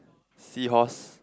sea horse